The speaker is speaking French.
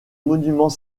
monument